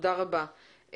תודה רבה.